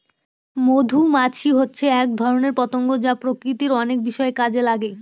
মধুমাছি হচ্ছে এক ধরনের পতঙ্গ যা প্রকৃতির অনেক বিষয়ে কাজে লাগে